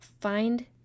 Find